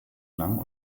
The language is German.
lang